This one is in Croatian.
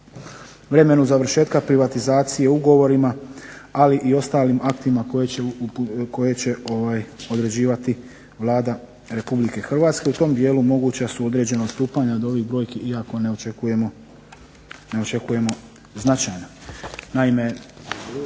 vremenu završetka privatizacije, ugovorima, ali i ostalim aktima koje će određivati Vlada Republike Hrvatske, u tom dijelu moguća su određena odstupanja od ovih brojki, iako ne očekujemo značajna.